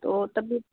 तो तब